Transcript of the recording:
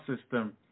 system